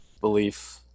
belief